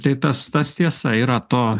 tai tas tas tiesa yra to